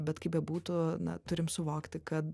bet kaip bebūtų na turim suvokti kad